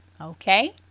Okay